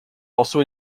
also